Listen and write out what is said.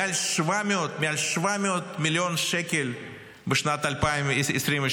מעל 700 מיליון שקלים בשנת 2023,